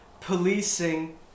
policing